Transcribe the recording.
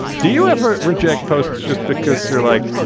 do you ever reject posts just because you're like,